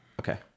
okay